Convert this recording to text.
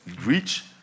reach